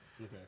Okay